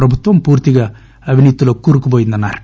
ప్రభుత్వం పూర్తిగా అవినీతిలో కూరుకుపోయిందన్నారు